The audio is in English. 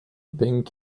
pink